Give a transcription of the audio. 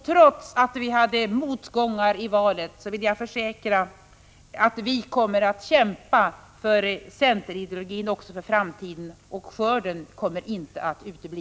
Trots att vi hade motgångar i valet vill jag försäkra att vi kommer att kämpa för centerideologin också för framtiden. Skörden kommer inte att utebli.